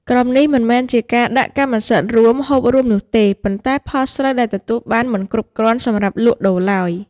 ក្រុមនេះមិនមែនជាការ "ដាក់កម្មសិទ្ធិរួម ហូបរួម" នោះទេ ប៉ុន្តែផលស្រូវដែលទទួលបានមិនគ្រប់គ្រាន់សម្រាប់លក់ដូរឡើយ។